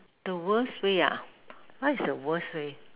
the worst way ah what is the worst way